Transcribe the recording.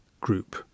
group